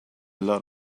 lot